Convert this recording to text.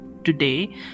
today